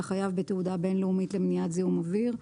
החייב בתעודה בין-לאומית למניעת זיהום אויר,